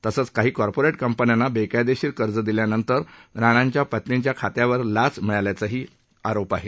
तसंच काही कार्पोरेट कंपन्यांना बेकायदेशीररित्या कर्ज दिल्यानंतर राणाच्या पत्नीच्या खात्यावर लाच मिळल्याचाही आरोप आहे